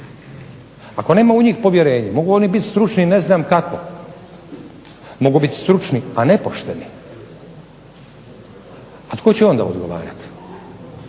Ako nema u njih povjerenje mogu oni biti stručni ne znam kako, mogu biti stručni a nepošteni, a tko će onda odgovarati?